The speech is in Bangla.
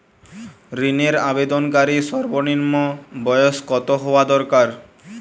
ঋণের আবেদনকারী সর্বনিন্ম বয়স কতো হওয়া দরকার?